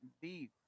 beef